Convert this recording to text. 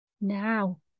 now